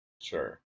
sure